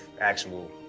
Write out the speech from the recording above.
actual